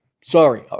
Sorry